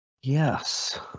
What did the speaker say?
Yes